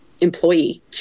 employee